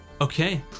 Okay